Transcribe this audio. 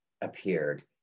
appeared